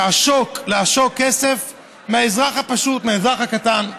לעשוק כסף מהאזרח הפשוט, מהאזרח הקטן.